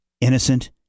innocent